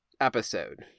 episode